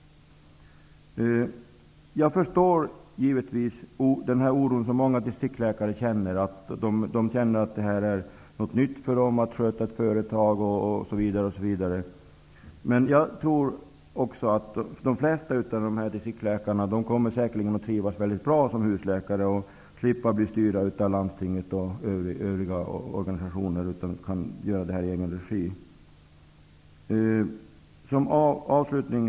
Jag förstår givetvis den oro som många distriktsläkare känner. Det är något nytt för dem att sköta ett företag osv. Men jag tror att det flesta av distriktsläkarna kommer att trivas mycket bra som husläkare. De slipper att bli styrda av landstinget och övriga organisationer. De kan göra detta i egen regi. Herr talman!